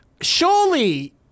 surely